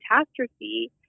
catastrophe